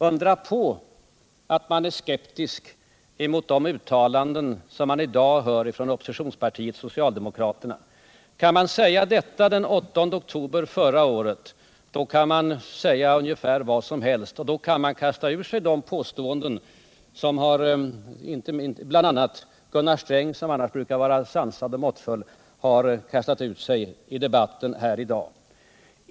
Undra på att man är skeptisk emot de uttalanden som man i dag hör från oppositionspartiet socialdemokraterna! Om de kunde säga detta den 8 oktober förra året, då kan de ju säga ungefär vad som helst och då kan de kasta ur sig sådana påståenden som bl.a. Gunnar Sträng — som annars brukar vara sansad och måttfull — har gjort i debatten här i dag.